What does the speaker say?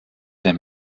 der